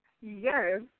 Yes